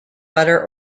butter